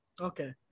Okay